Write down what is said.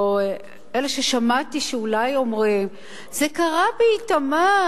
או אלה ששמעתי שאולי אומרים: זה קרה באיתמר,